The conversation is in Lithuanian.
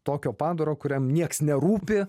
tokio padaro kuriam nieks nerūpi